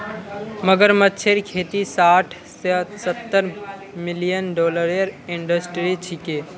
मगरमच्छेर खेती साठ स सत्तर मिलियन डॉलरेर इंडस्ट्री छिके